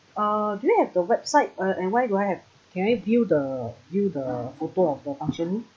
uh do you have the website uh and why do I have can I view the view the photo of the function room